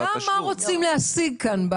השאלה מה רוצים להשיג כאן?